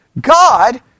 God